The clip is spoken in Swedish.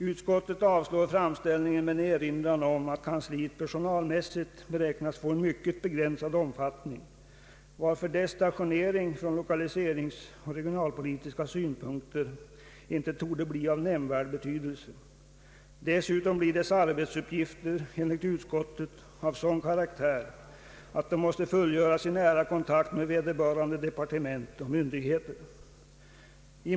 Utskottet avstyrker framställningen med erinran om att kansliet personalmässigt beräknas få en mycket begränsad omfattning, varför dess stationering från 1okaliseringsoch regionalpolitiska synpunkter inte torde bli av nämnvärd betydelse. Dessutom blir dess arbetsuppgifter enligt utskottet av sådan karaktär att de måste fullgöras i nära kontakt med vederbörande departement och myndigheter.